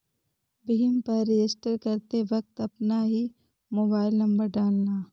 भीम पर रजिस्टर करते वक्त अपना ही मोबाईल नंबर डालना